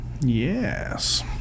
Yes